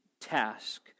task